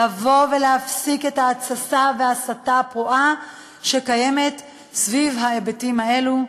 לבוא ולהפסיק את ההתססה וההסתה הפרועה שקיימת סביב ההיבטים האלו,